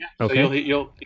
Okay